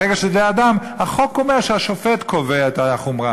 ברגע שזה אדם, החוק אומר שהשופט קובע את החומרה,